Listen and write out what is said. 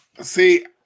see